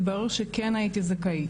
התברר שכן הייתי זכאית,